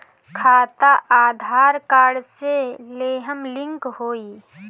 खाता आधार कार्ड से लेहम लिंक होई?